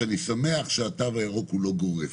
שאני שמח שהתו הירוק הוא לא גורף.